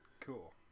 Cool